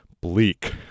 Bleak